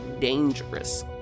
dangerous